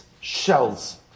shells